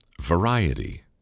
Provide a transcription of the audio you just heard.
variety